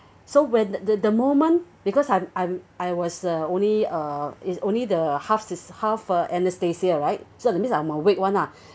so when the the moment because I'm I'm I was the only uh is only the half se~ half uh anesthesia right so that means I'm awake [one] lah